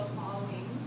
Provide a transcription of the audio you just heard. following